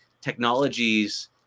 technologies